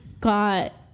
got